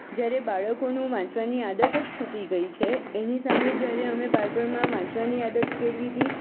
જ્યારે બાળકોનું વાંચવાની આદત જ છૂટી ગઈ છે એની સામે અમે જ્યારે બાળપણમાં વાંચવાની આદત કેળવી હતી